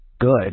good